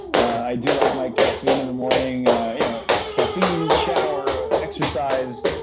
i do like my caffeine in the morning yeah caffeine, shower, exercise.